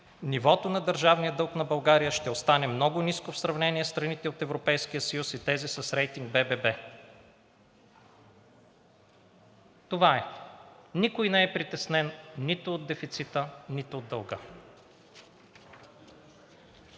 нивото на държавния дълг на България ще остане много ниско в сравнение със страните от Европейския съюз и тези с рейтинг ВВВ. Това е. Никой не е притеснен нито от дефицита, нито от дълга.